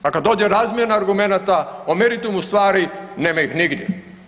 A kada dođe razmjena argumenata o meritumu stvari nema ih nigdje.